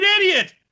idiot